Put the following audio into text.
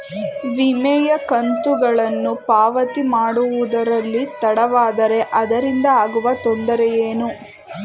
ವಿಮೆಯ ಕಂತುಗಳನ್ನು ಪಾವತಿ ಮಾಡುವುದರಲ್ಲಿ ತಡವಾದರೆ ಅದರಿಂದ ಆಗುವ ತೊಂದರೆ ಏನು?